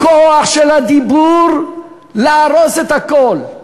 הכוח של הדיבור להרוס את הכול.